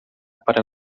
para